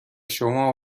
شما